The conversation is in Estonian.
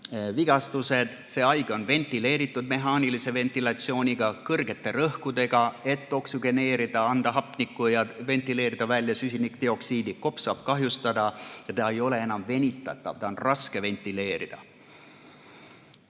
vigastused. See haige on ventileeritud mehaanilise ventilatsiooniga, kõrgete rõhkudega, et oksügeneerida, anda hapnikku ja ventileerida välja süsinikdioksiidi. Kops saab kahjustada ja ta ei ole enam venitatav, teda on raske ventileerida.